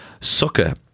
Sucker